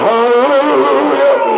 Hallelujah